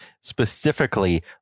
specifically